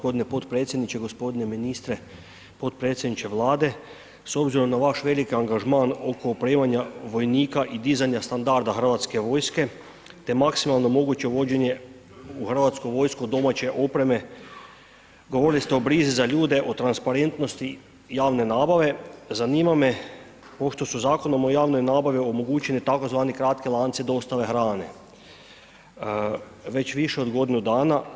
Zahvaljujem g. potpredsjedniče, g. ministre, potpredsjedniče Vlade, s obzirom na vaš veliki angažman oko opremanja vojnika i dizanja standarda Hrvatske vojske, te maksimalno moguće uvođenje u Hrvatsku vojsku domaće opreme, govorili ste o brizi za ljude, o transparentnosti javne nabave, zanima me ovo što su Zakonom o javnoj nabavi omogućeni tzv. kratki lanci dostave hrane već više od godinu dana.